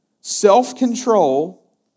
self-control